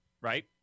right